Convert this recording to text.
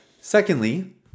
Secondly